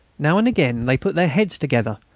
now and again they put their heads together,